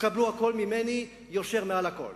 תקבלו הכול ממני, יושר מעל הכול.